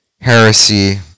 heresy